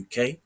UK